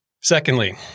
Secondly